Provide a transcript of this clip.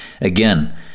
again